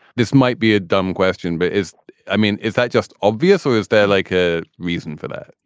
this might be a dumb question, but is i mean, is that just obvious or is there like a reason for that?